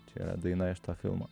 čia daina iš to filmo